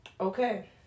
Okay